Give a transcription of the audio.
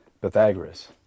Pythagoras